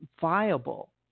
viable